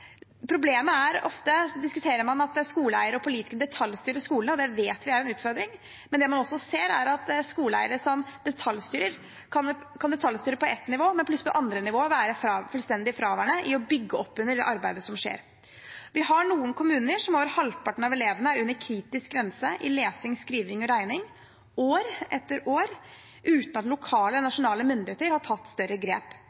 Problemet er ofte – det diskuterer man – at skoleeiere og politikere detaljstyrer skolene. Det vet vi er en utfordring, men det man også ser, er at skoleeiere som detaljstyrer, kan detaljstyre på ett nivå, mens man plutselig på et annet nivå kan være fullstendig fraværende i det å bygge opp under arbeidet som skjer. Vi har noen kommuner der halvparten av elevene er under kritisk grense i lesing, skriving og regning, år etter år, uten at lokale